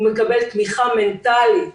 הוא מקבל תמיכה מנטלית